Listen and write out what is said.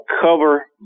cover